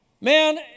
Man